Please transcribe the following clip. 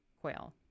quail